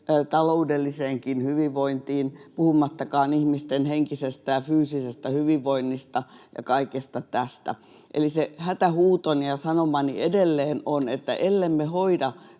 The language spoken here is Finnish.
taloudelliseenkin hyvinvointiin puhumattakaan ihmisten henkisestä ja fyysisestä hyvinvoinnista ja kaikesta tästä. Eli se hätähuutoni ja sanomani edelleen on, että ellemme hoida